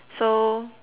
so